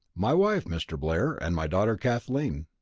my wife, mr. blair, and my daughter kathleen.